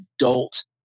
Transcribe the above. adult